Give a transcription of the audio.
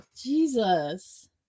Jesus